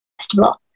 Festival